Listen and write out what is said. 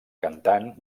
cantant